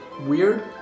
weird